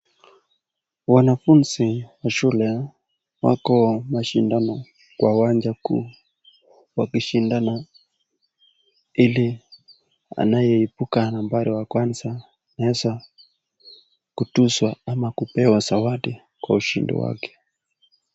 Wanafunzi wa shule wako mashindano kwa uwanja kuu. Wakishindana ili anayeibuka nambari ya kwanza anaweza kutunzwa ama kupewa zawadi kwa ushindi wake.